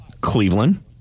Cleveland